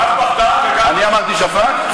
גם פחדן וגם, אני אמרתי שפן?